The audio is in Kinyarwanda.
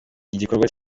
gikorwa